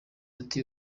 ati